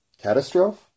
Catastrophe